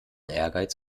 ehrgeiz